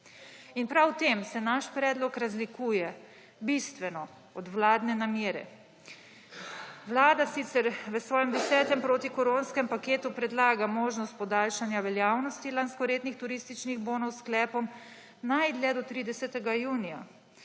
In prav v tem se naš predlog bistveno razlikuje od vladne namere. Vlada sicer v svojem desetem protikoronskem paketu predlaga možnost podaljšanja veljavnosti lanskoletnih turističnih bonov s sklepom najdlje do 30. junija.